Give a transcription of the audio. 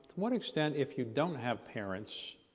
what extent if you don't have parents,